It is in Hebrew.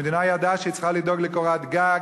המדינה ידעה שהיא צריכה לדאוג לקורת גג,